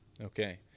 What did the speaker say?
Okay